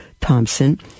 Thompson